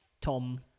Tom